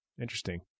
Interesting